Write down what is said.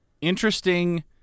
interesting